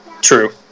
True